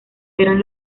eran